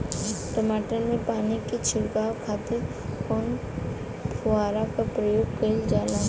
टमाटर में पानी के छिड़काव खातिर कवने फव्वारा का प्रयोग कईल जाला?